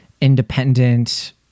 independent